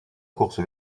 course